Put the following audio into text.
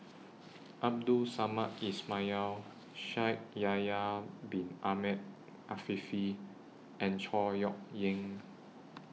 Abdul Samad Ismail Shaikh Yahya Bin Ahmed Afifi and Chor Yeok Eng